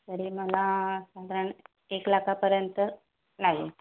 तरी मला साधारण एक लाखापर्यंत लागेल